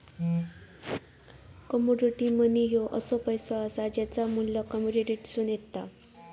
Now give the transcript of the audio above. commodity money ह्यो असो पैसो असा ज्याचा मू्ल्य कमोडिटीतसून येता